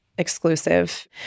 exclusive